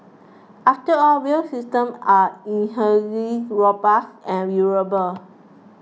after all rail system are robust and durable